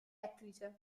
attrice